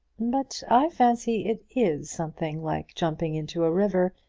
but i fancy it is something like jumping into a river,